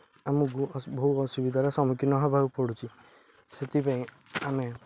ଆମକୁ ବହୁ ଅସୁବିଧାର ସମ୍ମୁଖୀନ ହେବାକୁ ପଡ଼ୁଛି ସେଥିପାଇଁ ଆମେ